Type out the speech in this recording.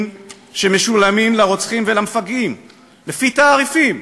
שמשולמים לרוצחים ולמפגעים לפי תעריפים,